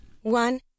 One